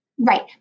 Right